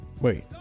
Wait